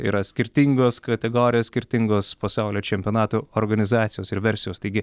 yra skirtingos kategorijos skirtingos pasaulio čempionatų organizacijos ir versijos taigi